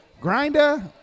grinder